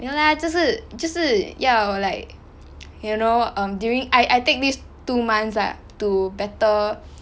没有啦就是就是要 like you know during I I take these two months ah to better